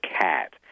cat